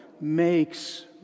Makes